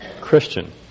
Christian